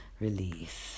release